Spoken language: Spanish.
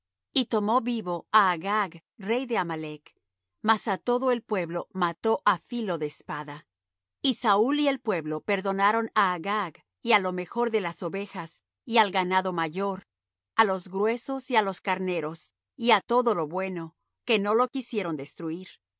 y tomó vivo á agag rey de amalec mas á todo el pueblo mató á filo de espada y saúl y el pueblo perdonaron á agag y á lo mejor de las ovejas y al ganado mayor á los gruesos y á los carneros y á todo lo bueno que no lo quisieron destruir